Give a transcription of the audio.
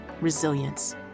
resilience